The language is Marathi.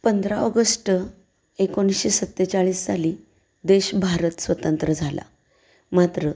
पंधरा ऑगस्ट एकोणीसशे सत्तेचाळीस साली देश भारत स्वतंत्र झाला मात्र